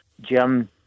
Jim